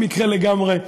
במקרה לגמרי,